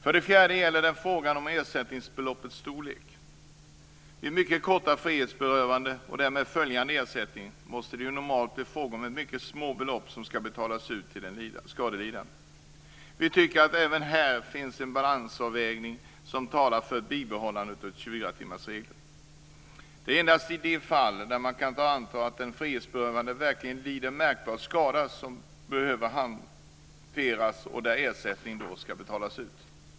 För det fjärde gäller det frågan om ersättningsbeloppens storlek. Vid mycket korta frihetsberövanden och därmed följande ersättning måste det ju normalt bli fråga om mycket små belopp som skall betalas ut till den skadelidande. Vi tycker att det även här finns en avvägning som talar för en bibehållen 24 timmarsregel. Det är endast de fall där man kan anta att den frihetsberövade verkligen lidit märkbar skada som behöver hanteras och där ersättning skall betala ut.